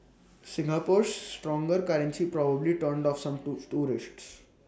Singapore's stronger currency probably turned off some tools tourists